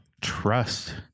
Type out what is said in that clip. trust